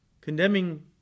condemning